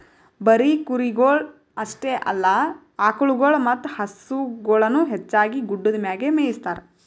ಬರೀ ಕುರಿಗೊಳ್ ಅಷ್ಟೆ ಅಲ್ಲಾ ಆಕುಳಗೊಳ್ ಮತ್ತ ಹಸುಗೊಳನು ಹೆಚ್ಚಾಗಿ ಗುಡ್ಡದ್ ಮ್ಯಾಗೆ ಮೇಯಿಸ್ತಾರ